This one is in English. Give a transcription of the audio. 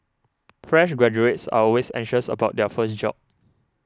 fresh graduates are always anxious about their first job